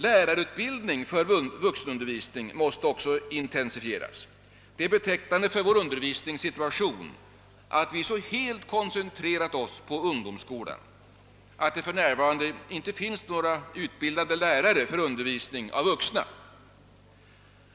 Lärarutbildningen för vuxenundervisning måste också intensifieras. Det är betecknande för vår undervisningssituation att vi så helt koncentrerat oss på ungdomsskolan att det för närvarande inte finns några lärare som utbildas för undervisning av vuxna.